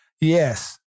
Yes